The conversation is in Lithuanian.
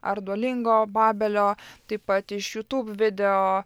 ar duolingo babelio taip pat iš jutūb video